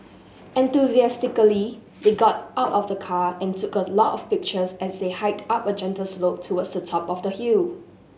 enthusiastically they got out of the car and took a lot of pictures as they hiked up a gentle slope towards the top of the hill